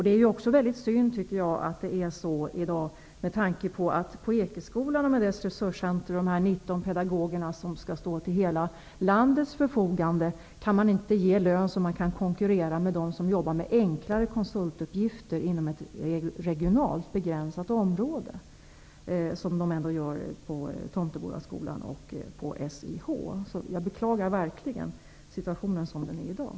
Det är också mycket synd att det är så i dag med tanke på att man på Ekeskolan, med dess resurscentrum med 19 pedagoger som skall stå till hela landets förfogande, inte kan ge en lön så att man kan konkurrera med dem som jobbar med enklare konsultuppgifter inom ett regionalt begränsat område, som de gör på Tomtebodaskolan och SIH. Jag beklagar verkligen att situationen är som den är i dag.